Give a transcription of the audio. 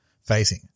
Facing